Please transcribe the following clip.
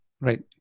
Right